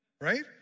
Right